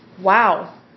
wow